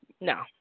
no